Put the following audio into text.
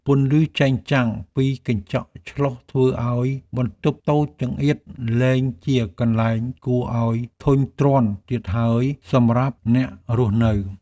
ពន្លឺចែងចាំងពីកញ្ចក់ឆ្លុះធ្វើឱ្យបន្ទប់តូចចង្អៀតលែងជាកន្លែងគួរឱ្យធុញទ្រាន់ទៀតហើយសម្រាប់អ្នករស់នៅ។